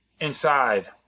inside